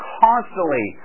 constantly